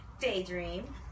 Daydream